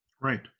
Right